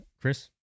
Chris